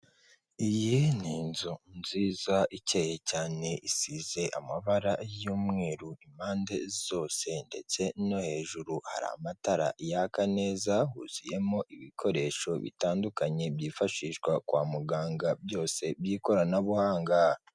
Iyi ni inzu nziza ikeye cyane, isize amabara y'umweru impande zose ndetse no hejuru hari amatara yaka neza, huzuyemo ibikoresho bitandukanye, byifashishwa kwa muganga byose by'ikoranabuhanga.